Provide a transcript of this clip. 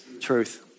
Truth